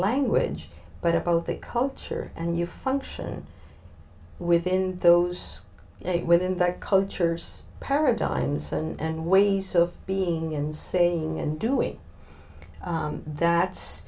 language but about the culture and you function within those it within that cultures paradigms and ways of being and saying and doing that's